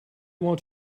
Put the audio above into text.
want